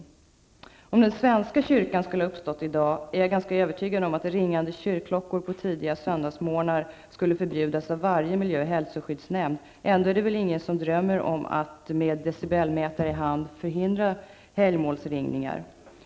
Jag är ganska övertygad om att ifall den svenska kyrkan hade uppstått i dag så skulle ringande kyrkklockar på tidiga söndagsmorgnar ha förbjudits av varje miljöoch hälsoskyddsnämnd. Ändå är det väl ingen som drömmer om att med decibelmätare i hand förhindra helgmålsringningar.